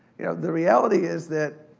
you know, the reality is that,